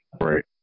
Right